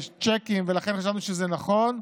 צ'קים, ולכן חשבנו שזה נכון.